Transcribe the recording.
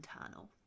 internal